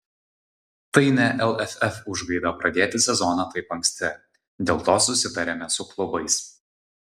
tai ne lff užgaida pradėti sezoną taip anksti dėl to susitarėme su klubais